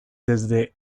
desde